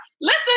Listen